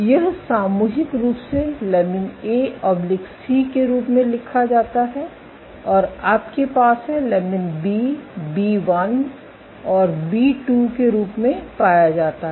यह सामूहिक रूप से लमिन एसी के रूप में लिखा जाता है और आपके पास है लमिन बी बी1 और बी2 के रूप में पाया जाता है